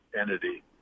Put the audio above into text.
entity